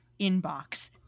inbox